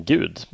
Gud